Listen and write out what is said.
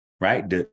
right